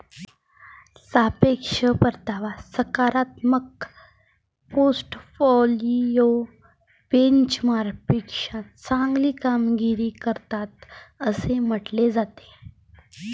सापेक्ष परतावा सकारात्मक पोर्टफोलिओ बेंचमार्कपेक्षा चांगली कामगिरी करतात असे म्हटले जाते